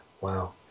Wow